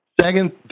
Second